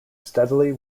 steadily